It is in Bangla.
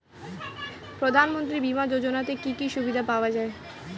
প্রধানমন্ত্রী বিমা যোজনাতে কি কি সুবিধা পাওয়া যায়?